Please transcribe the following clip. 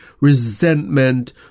resentment